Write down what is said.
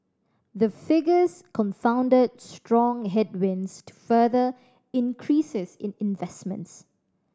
the figures confounded strong headwinds to further increases in investment